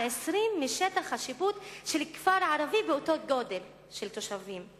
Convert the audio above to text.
פי-20 משטח השיפוט של כפר ערבי עם אותו מספר תושבים.